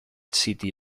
city